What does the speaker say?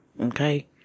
okay